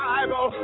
Bible